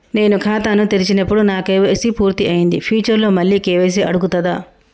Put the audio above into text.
నేను ఖాతాను తెరిచినప్పుడు నా కే.వై.సీ పూర్తి అయ్యింది ఫ్యూచర్ లో మళ్ళీ కే.వై.సీ అడుగుతదా?